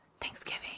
Thanksgiving